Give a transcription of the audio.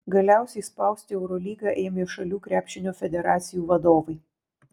galiausiai spausti eurolygą ėmė šalių krepšinio federacijų vadovai